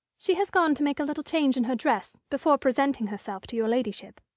she has gone to make a little change in her dress, before presenting herself to your ladyship.